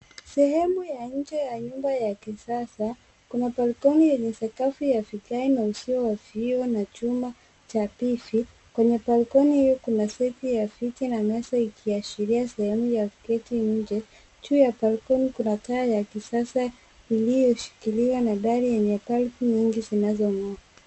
Sehemu ya nje ya nyumba ya kisasa. Kuna balconi yenye sakafu ya vigae na uzio wa vioo na chuma cha pifi. Kwenye balconi hio kuna seti ya viti na meza ikiashiria sehemu ya kuketi nje. Juu ya balconi kuna taa ya kisasa iliyoshikiliwa na dari yenye balbu nyingi zinazongaa.